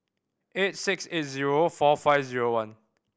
eight six eigh zero four five zero one